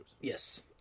Yes